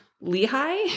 lehigh